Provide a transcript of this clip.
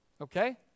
Okay